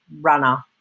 runner